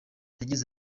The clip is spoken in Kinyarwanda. yagize